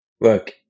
look